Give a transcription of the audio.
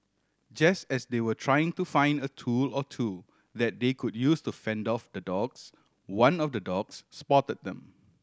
just as they were trying to find a tool or two that they could use to fend off the dogs one of the dogs spot them